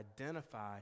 identify